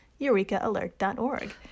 EurekaAlert.org